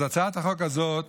הצעת החוק הזאת